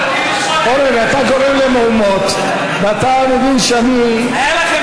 אורן, אתה גורם למהומות, ואתה מבין שאני, היה לכם